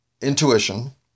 intuition